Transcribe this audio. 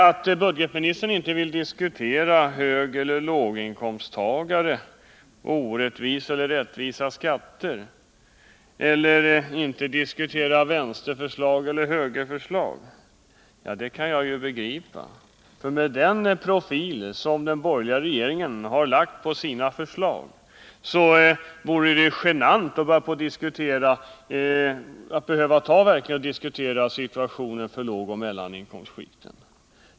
Att budgetministern inte vill diskutera högeller låginkomsttagare och orättvisa eller rättvisa skatter och att han inte vill tala om vänsterförslag eller högerförslag kan jag begripa. Med tanke på den prägel som den borgerliga regeringen har gett sina förslag vore det ju genant att behöva diskutera situationen för lågoch mellaninkomstskikten.